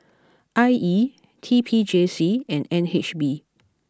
I E T P J C and N H B